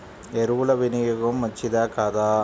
ఎరువుల వినియోగం మంచిదా కాదా?